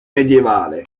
medievale